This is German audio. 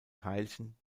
teilchen